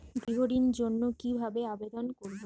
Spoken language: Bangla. গৃহ ঋণ জন্য কি ভাবে আবেদন করব?